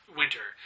winter